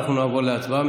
אנחנו נעבור להצבעה.